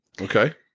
Okay